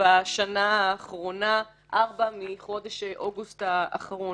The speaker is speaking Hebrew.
בשנה האחרונה, ארבע מחודש אוגוסט האחרון.